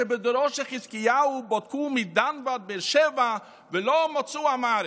שבדורו של חזקיהו "בדקו מדן ועד באר שבע ולא מצאו עם הארץ".